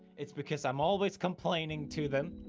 it's because i'm always complaining to them.